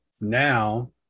now